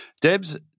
Deb's